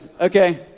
okay